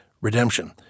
Redemption